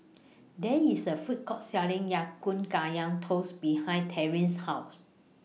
There IS A Food Court Selling Ya Kun Kaya Toast behind Terri's House